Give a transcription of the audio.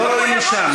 לא רואים שם,